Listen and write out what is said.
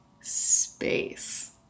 space